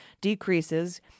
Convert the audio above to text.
decreases